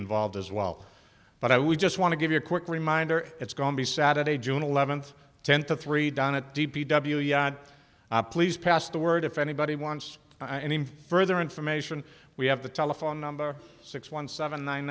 involved as well but i would just want to give you a quick reminder it's gone be saturday june eleventh ten to three done it please pass the word if anybody wants any further information we have the telephone number six one seven nine